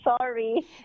Sorry